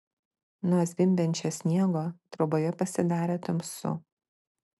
nuo zvimbiančio sniego troboje pasidarė tamsu